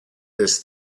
this